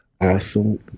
Awesome